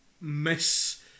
miss